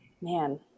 Man